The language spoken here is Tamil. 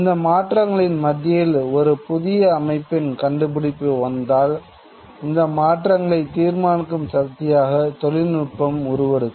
இந்த மாற்றங்களின் மத்தியில் ஒரு புதிய அமைப்பின் கண்டுபிடிப்பு வந்தால் இந்த மாற்றங்களை தீர்மானிக்கும் சக்தியாக தொழில்நுட்பம் உருவெடுக்கும்